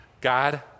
God